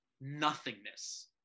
nothingness